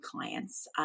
clients